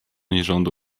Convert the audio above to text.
nierządu